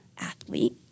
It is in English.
athlete